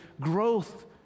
growth